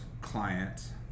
client